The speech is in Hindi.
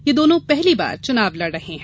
ये दोनों पहली बार चुनाव लड़ रहे हैं